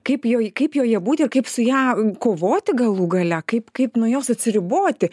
kaip joj kaip joje būti ir kaip su ja kovoti galų gale kaip kaip kaip nuo jos atsiriboti